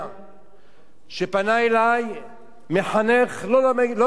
שפנה אלי מחנך, לא מהמגזר החרדי,